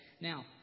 Now